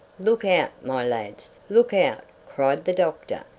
look out, my lads! look out! cried the doctor,